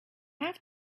have